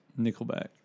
Nickelback